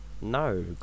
No